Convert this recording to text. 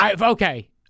Okay